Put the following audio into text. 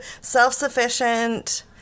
Self-sufficient